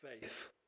faith